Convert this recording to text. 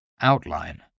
outline